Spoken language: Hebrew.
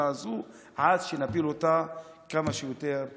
הזאת עד שנפיל אותה כמה שיותר מוקדם.